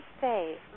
say